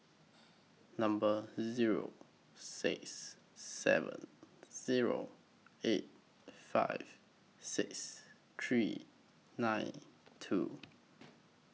Number Zero six seven Zero eight five six three nine two